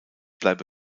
bleibe